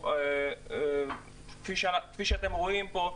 כפי שאתם רואים פה,